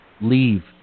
leave